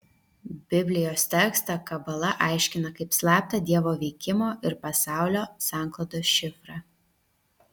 biblijos tekstą kabala aiškina kaip slaptą dievo veikimo ir pasaulio sanklodos šifrą